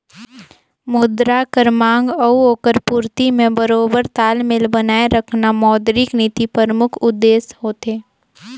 मुद्रा कर मांग अउ ओकर पूरती में बरोबेर तालमेल बनाए रखना मौद्रिक नीति परमुख उद्देस होथे